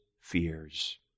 fears